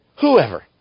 Whoever